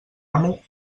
amo